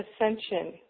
ascension